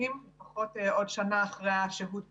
לפחות עוד שנה אחרי השהות במקלט.